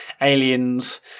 aliens